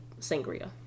sangria